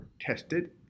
tested